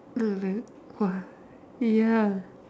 very !wah! ya